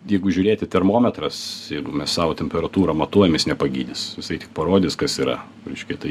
jeigu žiūrėt į termometras jeigu mes sau temperatūrą matuojamės nepagydys jisai tik parodys kas yra reiškia tai